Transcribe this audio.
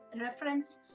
reference